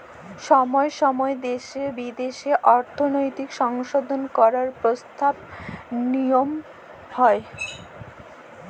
ছময় ছময় দ্যাশে বিদ্যাশে অর্থলৈতিক সংশধল ক্যরার পরসতাব লিয়া হ্যয়